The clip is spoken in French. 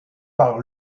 par